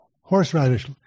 horseradish